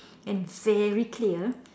and very clear